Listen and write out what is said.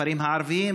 בכפרים הערביים,